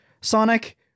Sonic